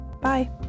Bye